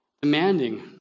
demanding